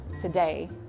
today